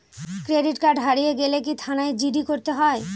Credit card হারিয়ে গেলে কি থানায় জি.ডি করতে হয়?